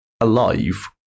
alive